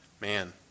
man